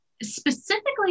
specifically